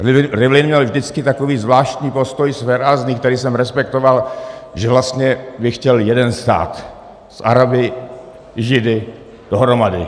Rivlin měl vždycky takový zvláštní postoj, svérázný, který jsem respektoval, že vlastně by chtěl jeden stát s Araby, Židy dohromady.